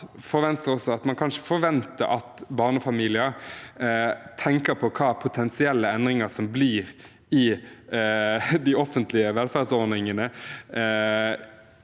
for Venstre også at man ikke kan forvente at barnefamilier tenker på hva slags potensielle endringer det blir i de offentlige velferdsordningene